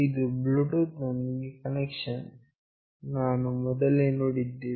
ಇದು ಬ್ಲೂಟೂತ್ ನೊಂದಿಗಿನ ಕನೆಕ್ಷನ್ ನಾವು ಮೊದಲೇ ನೋಡಿದ್ದೇವೆ